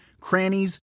crannies